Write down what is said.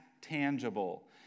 tangible